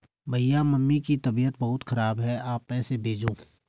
भैया मम्मी की तबीयत बहुत खराब है आप पैसे भेजो